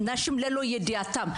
נשים ללא ידיעתן,